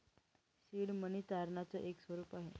seed money तारणाच एक रूप आहे